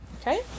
Okay